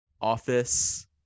office